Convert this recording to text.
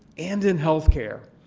and in health care.